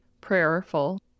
prayerful